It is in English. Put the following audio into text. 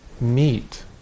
meet